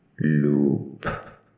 Loop